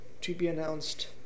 to-be-announced